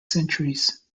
centuries